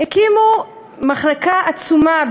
מחלקה עצומה,